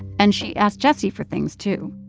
and she asked jessie for things, too.